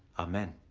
amen.